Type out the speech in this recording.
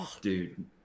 Dude